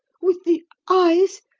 with the eyes,